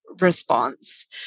response